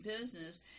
business